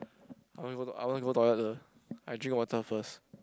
I want to I want to go toilet the I drink water first